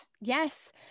Yes